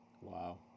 Wow